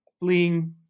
fleeing